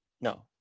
No